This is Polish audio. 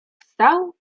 wstał